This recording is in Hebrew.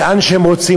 לאן שהם רוצים.